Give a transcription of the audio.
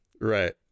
right